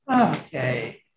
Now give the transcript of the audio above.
okay